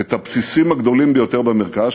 את הבסיסים הגדולים ביותר במרכז,